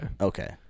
okay